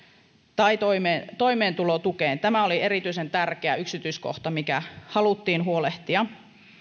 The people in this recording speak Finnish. tai toimeentulotukeen tämä oli erityisen tärkeä yksityiskohta mistä haluttiin huolehtia